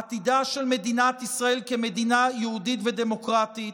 עתידה של מדינת ישראל כמדינה יהודית ודמוקרטית